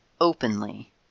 openly